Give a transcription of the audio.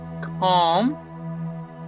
Calm